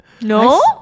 No